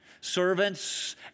servants